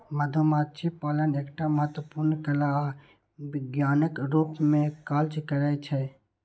मधुमाछी पालन एकटा महत्वपूर्ण कला आ विज्ञानक रूप मे काज करै छै